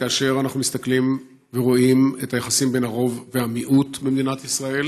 כאשר אנחנו מסתכלים ורואים את היחסים בין הרוב למיעוט במדינת ישראל